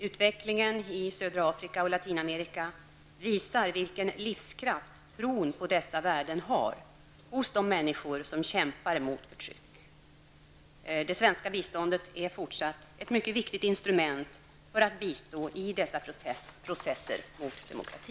Utvecklingen i södra Afrika och Latinamerika visar vilken livskraft tron på dessa värden har hos de människor som kämpar mot förtryck. Det svenska biståndet är fortsatt ett mycket viktigt instrument för att bistå i dessa processer mot demokrati.